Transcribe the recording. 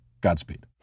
Godspeed